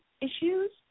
issues